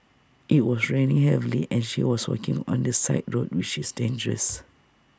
IT was raining heavily and she was walking on the side road which is dangerous